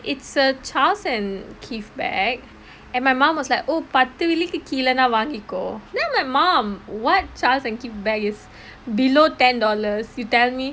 it's a CHARLES & KEITH bag and my mum was like oh பத்து வெள்ளிக்கு கீழைனா வாங்கிக்கோ:paththu vellikku keelainaa vaangikko then I'm like mum [what] CHARLES & KEITH bag is below ten dollars you tell me